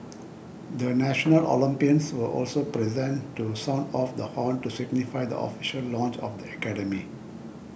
the national Olympians were also present to sound off the horn to signify the official launch of the academy